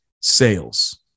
sales